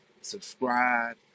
subscribe